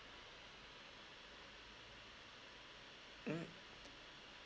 mm